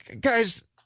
guys